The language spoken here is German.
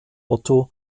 otto